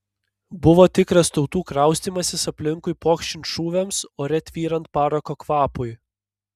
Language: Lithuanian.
buvo tikras tautų kraustymasis aplinkui pokšint šūviams ore tvyrant parako kvapui